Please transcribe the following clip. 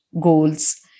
goals